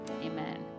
Amen